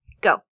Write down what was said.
go